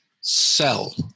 sell